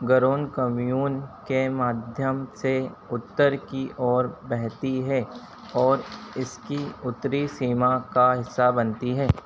गरोन commune के माध्यम से उत्तर की ओर बहती है और इसकी उत्तरी सीमा का हिस्सा बनती है